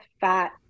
fat